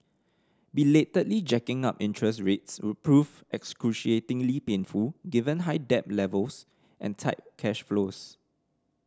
belatedly jacking up interest rates would prove excruciatingly painful given high debt levels and tight cash flows